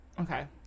okay